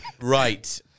right